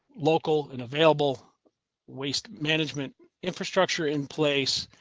local and available waste management infrastructure in place